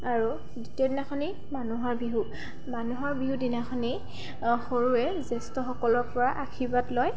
আৰু দ্বিতীয় দিনাখনি মানুহৰ বিহু মানুহৰ বিহুৰ দিনাখনি সৰুৱে জ্যেষ্ঠসকলৰ পৰা আশীৰ্বাদ লয়